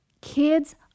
Kids